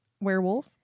Werewolf